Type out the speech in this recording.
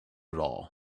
all